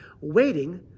waiting